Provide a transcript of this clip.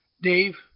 Dave